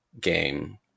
game